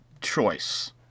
choice